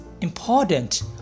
important